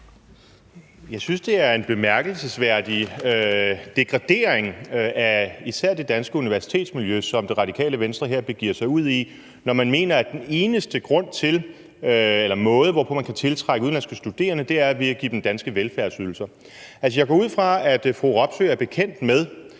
Jeg synes, det er en bemærkelsesværdig degradering af især det danske universitetsmiljø, som Det Radikale Venstre her begiver sig ud i, når man mener, at den eneste grund til, at man kan tiltrække udenlandske studerende, eller den eneste måde, hvorpå man kan tiltrække udenlandske studerende,